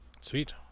Sweet